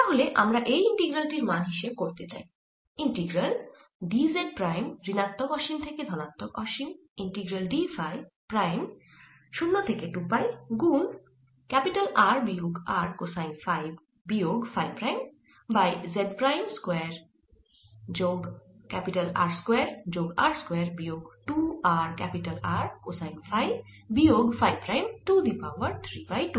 তাহলে আমরা এই ইন্টিগ্রাল টির মান হিসেব করতে চাই ইন্টিগ্রাল dz প্রাইম ঋণাত্মক অসীম থেকে ধনাত্মক অসীম ইন্টিগ্রাল d ফাই প্রাইম 0 থেকে 2 পাই গুন R বিয়োগ r কোসাইন ফাই বিয়োগ phi prime by z prime square যোগ R স্কয়ার যোগ r স্কয়ার বিয়োগ 2 r R কোসাইন ফাই বিয়োগ phi prime to the power 3 by 2